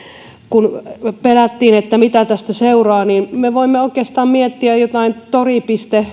kun pelättiin mitä tästä seuraa niin me voimme oikeastaan miettiä jotain tori